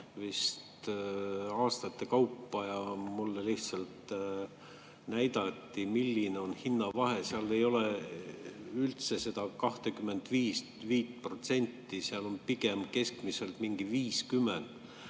vist aastate kaupa ja mulle lihtsalt näidati, milline on hinnavahe. Ei ole üldse seda 25%, seal on pigem keskmiselt mingi 50%,